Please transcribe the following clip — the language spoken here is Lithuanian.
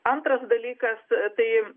antras dalykas tai